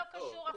לא קשור עכשיו.